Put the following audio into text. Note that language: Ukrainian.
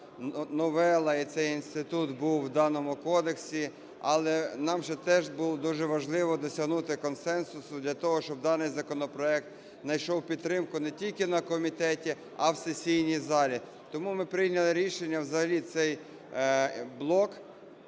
ця новела і цей інститут був у даному кодексі. Але нам же теж було дуже важливо досягнути консенсусу для того, щоби даний законопроект знайшов підтримку не тільки на комітеті, а в сесійній залі. Тому ми прийняли рішення взагалі цей блок